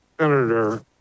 Senator